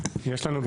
יש לנו,